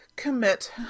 commit